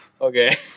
okay